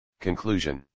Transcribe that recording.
Conclusion